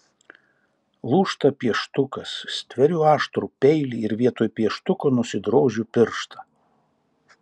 lūžta pieštukas stveriu aštrų peilį ir vietoj pieštuko nusidrožiu pirštą